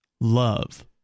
love